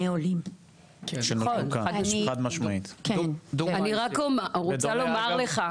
אני רק רוצה לומר לך,